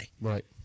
Right